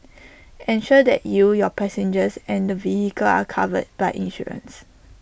ensure that you your passengers and the vehicle are covered by insurance